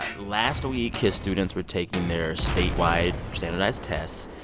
but last week, his students were taking their statewide standardized tests,